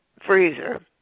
freezer